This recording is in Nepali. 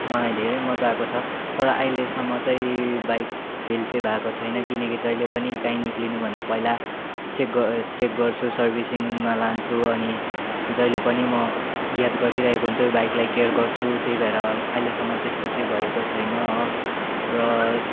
मलाई धेरै मज्जा आएको छ तर अहिलेसम्म चाहिँ बाइक फेल चाहिँ भएको छैन किनकि जहिले पनि कहीँ निक्लिनुभन्दा पहिला चेक गर् चेक गर्छु सर्भिसिङमा लान्छु अनि जहिले पनि म याद गरिरहेको हुन्छु बाइकलाई केयर गर्छु त्यही भएर अहिलेसम्म त्यस्तो चाहिँ भएको छैन हो र